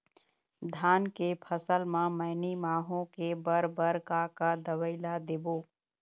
धान के फसल म मैनी माहो के बर बर का का दवई ला देबो?